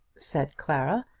said clara,